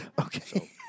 okay